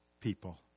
people